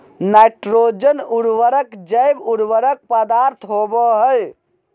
nitrogen उर्वरक जैव उर्वरक पदार्थ होबो हइ